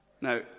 Now